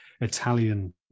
Italian